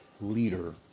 leader